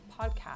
PODCAST